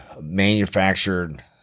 manufactured